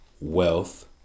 wealth